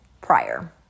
prior